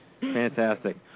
Fantastic